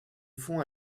fonds